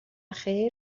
خیر